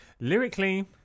Lyrically